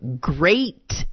great